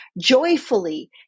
Joyfully